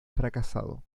fracasado